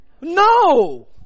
No